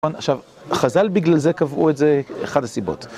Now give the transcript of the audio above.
עכשיו, החזל בגלל זה קבעו את זה, אחת הסיבות.